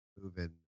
moving